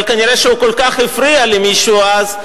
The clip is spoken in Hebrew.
אבל נראה שהוא כל כך הפריע למישהו אז,